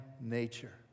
nature